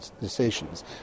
decisions